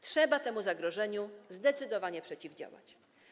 Trzeba temu zagrożeniu zdecydowanie przeciwdziałać.